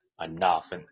enough